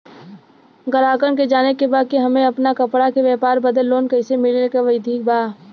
गराहक के जाने के बा कि हमे अपना कपड़ा के व्यापार बदे लोन कैसे मिली का विधि बा?